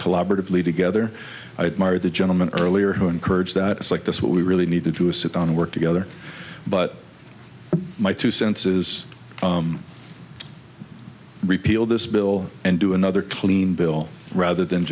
collaboratively together i admire the gentleman earlier who encourage that it's like this what we really need to do is sit down and work together but my two cents is repeal this bill and do another clean bill rather than